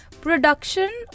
production